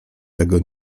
tego